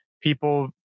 people